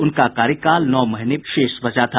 उनका कार्यकाल नौ महीने शेष बचा था